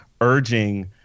urging